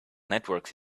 networks